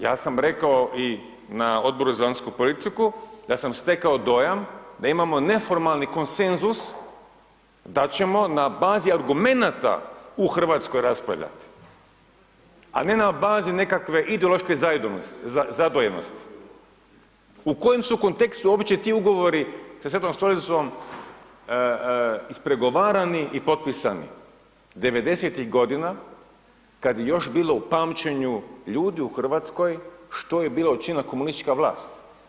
Ja sam rekao i na Odboru za vanjsku politiku da sam stekao dojam da imamo neformalni konsenzus da ćemo na bazi argumenata u Hrvatskoj raspravljati a ne na bazi nekakve ideološke zadojenosti u kojem su kontekstu ... ugovori sa Svetom Stolicom ispregovarani i potpisani 90-ih kad je još bilo u pamćenju ljudi u Hrvatskoj što je bila učinila komunistička vlast.